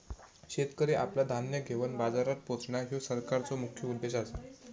शेतकरी आपला धान्य घेवन बाजारात पोचणां, ह्यो सरकारचो मुख्य उद्देश आसा